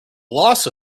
loss